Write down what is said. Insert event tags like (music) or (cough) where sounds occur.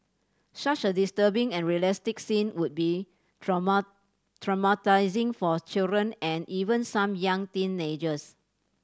such a disturbing and realistic scene would be (unintelligible) traumatising for children and even some young teenagers